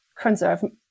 conserving